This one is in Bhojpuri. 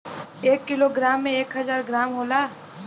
एक कीलो ग्राम में एक हजार ग्राम होला